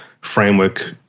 framework